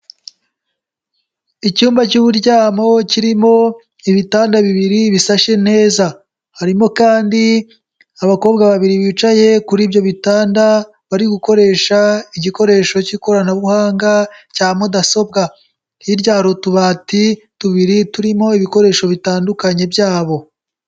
Icyumba cy'uburyamo kirimo ibitanda bibiri bishashe neza, harimo kandi abakobwa babiri bicaye kuri ibyo bitanda, bari gukoresha igikoresho cy'ikoranabuhanga cya mudasobwa, hirya hari utubati tubiri turimo ibikoresho bitandukanye byabo.